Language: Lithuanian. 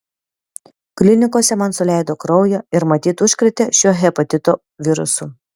klinikose man suleido kraujo ir matyt užkrėtė šiuo hepatito virusu